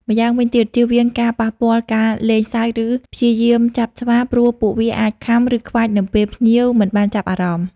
ម្យ៉ាងវិញទៀត ជៀសវាងការប៉ះពាល់ ការលេងសើច ឬព្យាយាមចាប់ស្វា ព្រោះពួកវាអាចខាំ ឬខ្វាចនៅពេលភ្ញៀវមិនបានចាប់អារម្មណ៍។